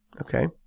okay